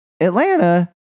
Atlanta